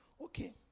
Okay